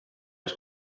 üks